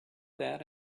that